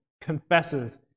confesses